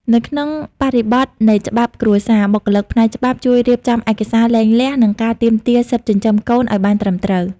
នៅក្នុងបរិបទនៃច្បាប់គ្រួសារ បុគ្គលិកផ្នែកច្បាប់ជួយរៀបចំឯកសារលែងលះ និងការទាមទារសិទ្ធិចិញ្ចឹមកូនឱ្យបានត្រឹមត្រូវ។